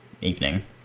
evening